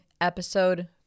episode